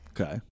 Okay